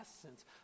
essence